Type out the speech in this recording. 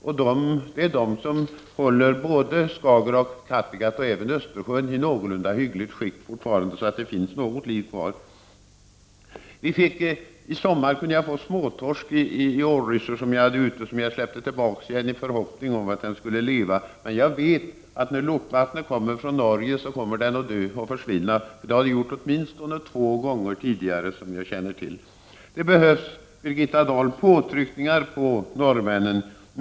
Det är de vattnen som håller Skagerak, Kattegatt och även Östersjön i någorlunda hyggligt skick, så att det fortfarande finns något liv kvar. I somras kunde jag få småtorsk i ålryssjor som jag hade ute. Jag släppte tillbaka den i förhoppning att den skulle leva. Men jag vet att när lortvattnet kommer från Norge kommer den att dö och försvinna. Det har den gjort åtminstone två gånger tidigare, som jag känner till. Det behövs, Birgitta Dahl, påtryckningar på norrmännen.